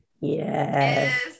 Yes